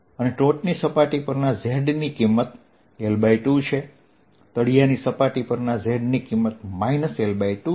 અને ટોચની સપાટી પરના Z ની કિંમત L2 છે તળિયાની સપાટી પરના Z ની કિંમત માઈનસ L2 છે